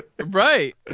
Right